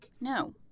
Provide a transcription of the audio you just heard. No